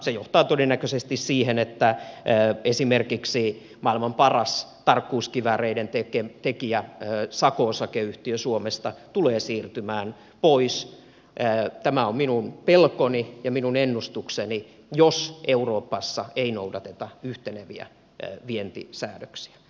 se johtaa todennäköisesti siihen että esimerkiksi maailman paras tarkkuuskivääreiden tekijä sako osakeyhtiö suomesta tulee siirtymään pois tämä on minun pelkoni ja minun ennustukseni jos euroopassa ei noudateta yhteneviä vientisäädöksiä